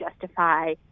justify